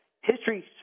history